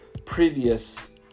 previous